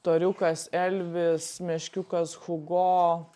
toriukas elvis meškiukas hugo